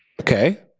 Okay